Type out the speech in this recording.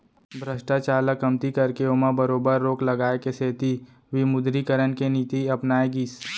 भस्टाचार ल कमती करके ओमा बरोबर रोक लगाए के सेती विमुदरीकरन के नीति अपनाए गिस